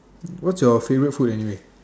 what's your favourite food anyway